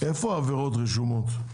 איפה העבירות רשומות?